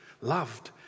loved